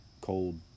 cold